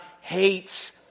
hates